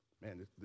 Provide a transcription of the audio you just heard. man